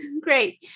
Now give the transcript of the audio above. great